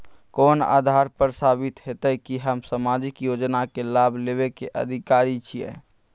कोन आधार पर साबित हेते की हम सामाजिक योजना के लाभ लेबे के अधिकारी छिये?